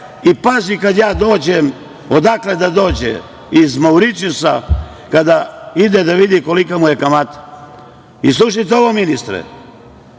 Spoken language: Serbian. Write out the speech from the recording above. i pazi kad ja dođem, odakle da dođe, iz Mauricijusa, kada ide da vidi kolika mu je kamata. Slušajte ovo ministre,